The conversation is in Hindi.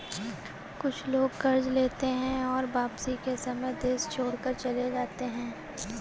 कुछ लोग कर्ज लेते हैं और वापसी के समय देश छोड़कर चले जाते हैं